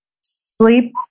Sleep